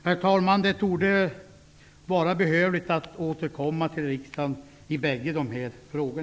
Herr talman! Det torde vara behövligt att återkomma till riksdagen i båda dessa frågor.